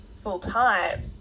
full-time